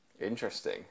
Interesting